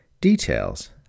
details